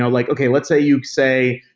ah like, okay, let's say you say,